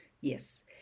Yes